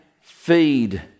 feed